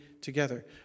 together